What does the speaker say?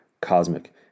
cosmic